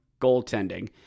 goaltending